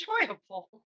enjoyable